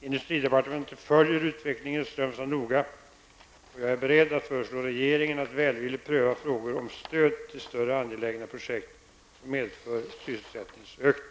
Industridepartementet följer utvecklingen i Strömstad noga och jag är beredd att föreslå regeringen att välvilligt pröva frågor om stöd till större angelägna projekt som medför sysselsättningsökning.